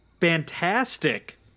fantastic